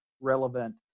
relevant